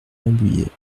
rambouillet